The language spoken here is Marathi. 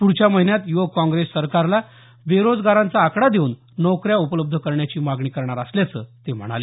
पुढच्या महिन्यात युवक काँप्रेस सरकारला बेरोजगारांचा आकडा देऊन नोकऱ्या उपलब्ध करण्याची मागणी करणार असल्याचं ते म्हणाले